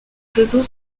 réseau